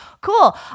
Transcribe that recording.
Cool